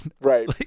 Right